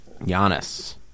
Giannis